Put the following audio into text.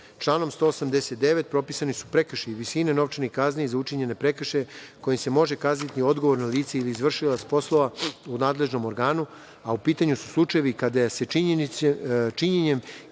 189. propisani su prekršaji u visini novčanih kazni za učinjene prekršaje kojima se može kazniti odgovorno lice ili izvršilac poslova u nadležnom organu, a u pitanju su slučajevi kada se činjenjem